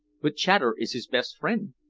but chater is his best friend.